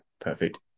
perfect